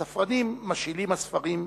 נמסר כי הספרנים משאילים ספרים בחשאי.